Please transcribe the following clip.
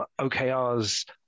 OKRs